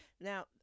Now